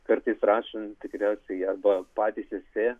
kartais rašant tikriausiai arba patys esė